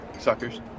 Suckers